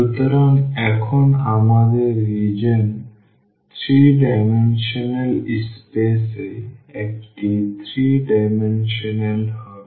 সুতরাং এখন আমাদের রিজিওন 3 ডাইমেনশনাল স্পেস এ একটি 3 ডাইমেনশনাল হবে